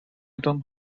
don’t